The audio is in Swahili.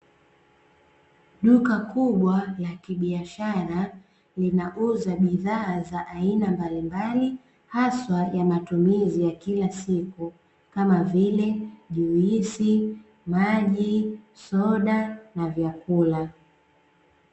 Duka kubwa la kibiashara linauza bidhaa za aina mbalimbali haswa ya matumizi ya kila siku, kama vile: juisi, maji, soda, na vyakula.